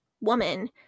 woman